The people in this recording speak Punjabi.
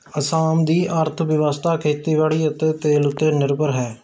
ਅਸਾਮ ਦੀ ਅਰਥ ਵਿਵਸਥਾ ਖੇਤੀਬਾੜੀ ਅਤੇ ਤੇਲ ਉੱਤੇ ਨਿਰਭਰ ਹੈ